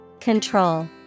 Control